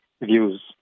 views